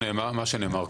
מה שנאמר קודם,